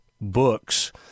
books